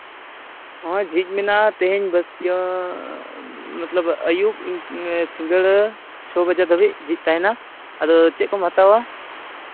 ᱦᱳᱭ ᱡᱷᱤᱡ ᱢᱮᱱᱟᱜᱼᱟ ᱛᱮᱦᱮᱧ ᱵᱟᱹᱥᱭᱟᱹᱢ ᱢᱚᱛᱞᱚᱵᱽ ᱟᱹᱭᱩᱵᱽ ᱥᱤᱸᱜᱟᱹᱲ ᱪᱷᱚ ᱵᱟᱡᱮ ᱫᱷᱟᱹᱵᱤᱡ ᱡᱷᱤᱡ ᱛᱟᱦᱮᱱᱟ ᱟᱫᱚ ᱪᱮᱫ ᱠᱚᱢ ᱦᱟᱛᱟᱣᱟ